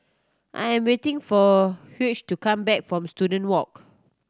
I am waiting for Hugh to come back from Student Walk